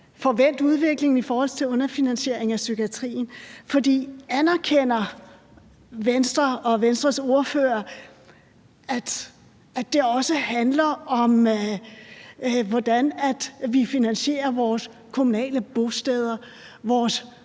får vendt udviklingen i forhold til underfinansieringen af psykiatrien. Anerkender Venstre og Venstres ordfører, at det også handler om, hvordan vi finansierer vores kommunale bosteder, vores